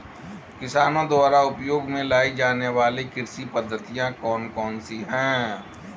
किसानों द्वारा उपयोग में लाई जाने वाली कृषि पद्धतियाँ कौन कौन सी हैं?